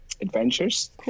adventures